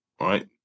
right